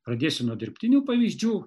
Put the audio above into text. pradėsiu nuo dirbtinių pavyzdžių